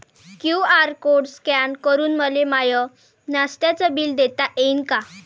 QR code scan करून मले माय नास्त्याच बिल देता येईन का?